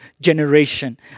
generation